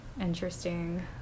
interesting